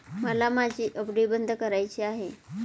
मला माझी एफ.डी बंद करायची आहे